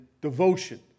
devotion